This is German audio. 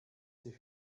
sie